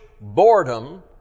boredom